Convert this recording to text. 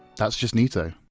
that's just neato.